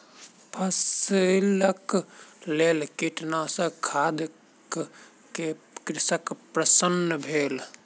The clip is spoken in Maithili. फसिलक लेल कीटनाशक खरीद क कृषक प्रसन्न भेल